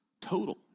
total